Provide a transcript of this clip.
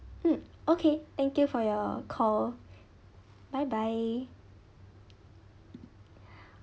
mm okay thank you for your call bye bye